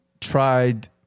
tried